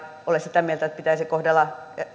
ole sitä mieltä että pitäisi kohdella